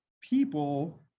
people